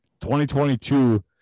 2022